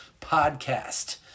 Podcast